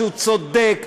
שהוא צודק,